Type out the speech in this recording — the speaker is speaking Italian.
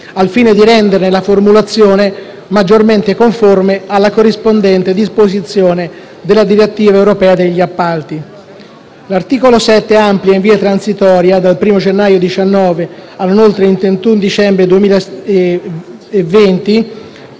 al fine di renderne la formulazione maggiormente conforme alla corrispondente disposizione della direttiva europea sugli appalti. L'articolo 7 amplia in via transitoria - dal 1° gennaio 2019 e non oltre il 31 dicembre 2020